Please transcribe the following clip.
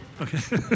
Okay